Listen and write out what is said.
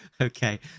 okay